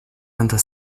under